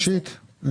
ראשית,